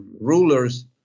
rulers